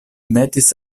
metis